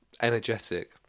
energetic